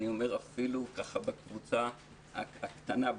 אפילו בקבוצה הקטנה,